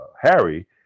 Harry